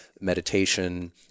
meditation